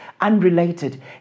unrelated